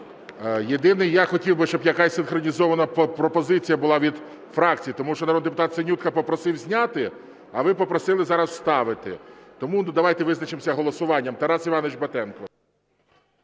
Єдине, я хотів би, щоб якась синхронізована пропозиція була від фракції, тому що народний депутат Синютка попросив зняти, а ви попросили зараз ставити. Тому давайте визначимося голосуванням. Тарас Іванович Батенко.